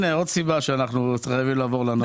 הנה עוד סיבה מדוע אנחנו חייבים לחזור לנוהל הקודם.